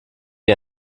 die